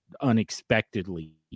unexpectedly